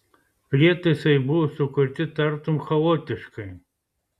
prietaisai buvo sukurti tartum chaotiškai